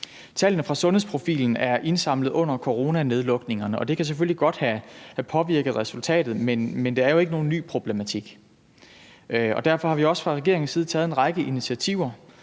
Tallene fra sundhedsprofilen er indsamlet under coronanedlukningerne, og det kan selvfølgelig godt have påvirket resultatet, men det er jo ikke nogen ny problematik. Derfor har vi også fra regeringens side taget en række initiativer